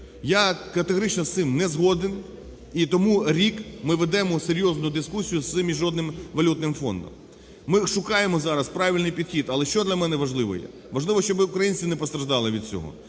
Я категорично з цим не згоден, і тому рік ми ведемо серйозну дискусію з Міжнародним валютним фондом. Ми шукаємо зараз правильний підхід. Але що для мене важливо є? Важливо, щоби українці не постраждали від цього.